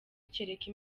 kereka